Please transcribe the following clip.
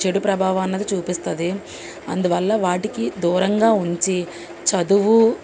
చెడు ప్రభావం అన్నది చూపిస్తుంది అందువల్ల వాటికి దూరంగా ఉంచి చదువు